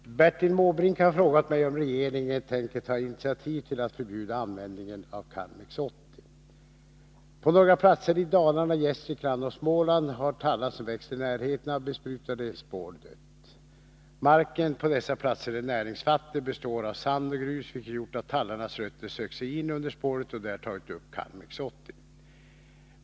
Herr talman! Bertil Måbrink har frågat mig om regeringen tänker ta initiativ till att förbjuda användningen av Karmex 80. På några platser i Dalarna, Gästrikland och Småland har tallar som växt i närheten av besprutade spår dött. Marken på dessa platser är näringsfattig och består av sand och grus, vilket gjort att tallarnas rötter sökt sig in under spåret och där tagit upp Karmex 80.